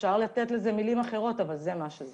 אפשר לתת לזה מילים אחרות אבל זה מה שזה